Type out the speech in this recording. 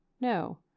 No